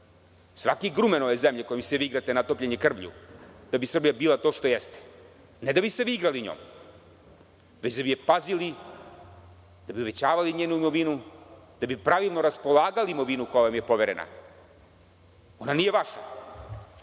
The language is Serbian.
Svaki grumen ove zemlje kojim se vi igrate natopljen je krvlju da bi Srbija bila to što jeste, ne da bi se vi igrali njom, već da bi je pazili, da bi uvećavali njenu imovinu, da bi pravilno raspolagali imovinom koja vam je poverena. Ona nije vaša.